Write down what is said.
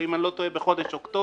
אם אני לא טועה בחודש אוקטובר.